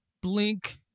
Blink